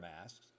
masks